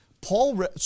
Paul